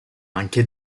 anche